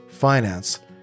finance